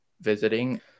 visiting